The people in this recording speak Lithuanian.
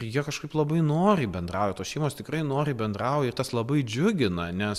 jie kažkaip labai noriai bendrauja tos šeimos tikrai noriai bendrauja ir tas labai džiugina nes